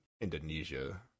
Indonesia